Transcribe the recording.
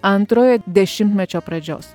antrojo dešimtmečio pradžios